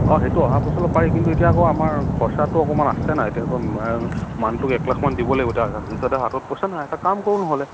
অঁ সেইটো অহা বছৰলৈ পাৰি কিন্তু এতিয়া আকৌ আমাৰ খৰচাটো অকণমান আছে ন এতিয়া আকৌ মানুহটোক একলাখমান দিব লাগিব